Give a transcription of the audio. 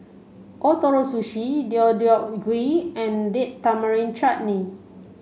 Ootoro Sushi Deodeok Gui and Date Tamarind Chutney